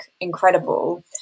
incredible